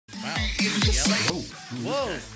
Whoa